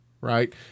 right